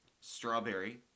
strawberry